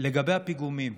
לגבי הפיגומים.